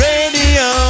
Radio